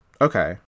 okay